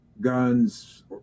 guns